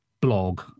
blog